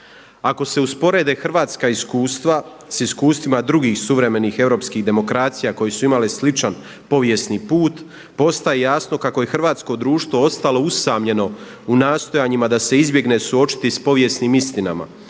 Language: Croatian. Ako se usporede hrvatska iskustva sa iskustvima drugih suvremenih europskih demokracija koje su imale sličan povijesni put postaje jasno kako je hrvatsko društvo ostalo usamljeno u nastojanjima da se izbjegne suočiti sa povijesnim istinama